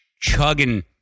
chugging